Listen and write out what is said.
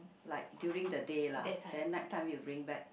like during the day lah then night time you bring back